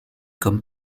comme